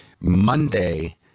Monday